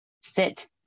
sit